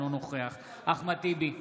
אינו נוכח אחמד טיבי,